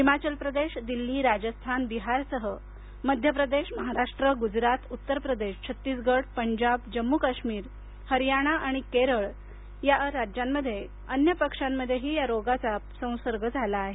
हिमाचल प्रदेश दिल्ली राजस्थान बिहारसह मध्यप्रदेश महाराष्ट्र गुजरात उत्तरप्रदेश छत्तीसगड उत्तराखंड पंजाब जम्मू आणि काश्मीर हरयाणा आणि केरळ अन्य पक्ष्यांमध्येही या रोगाचा संसर्ग झाला आहे